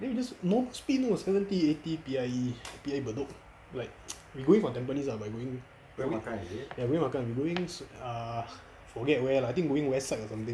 then we just non speed you know seventy eighty P_I_E P_I_E bedok like we going from tampines ah but we going ya going makan we going err forget where lah going west side or something